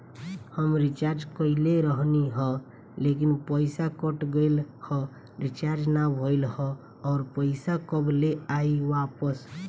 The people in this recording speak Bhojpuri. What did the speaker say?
हम रीचार्ज कईले रहनी ह लेकिन पईसा कट गएल ह रीचार्ज ना भइल ह और पईसा कब ले आईवापस?